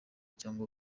cyangwa